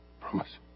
Promise